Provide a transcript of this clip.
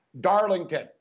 Darlington